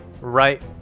right